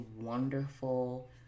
wonderful